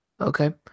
Okay